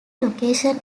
location